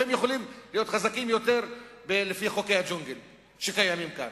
הם יכולים להיות חזקים יותר לפי חוקי הג'ונגל שקיימים כאן.